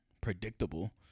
predictable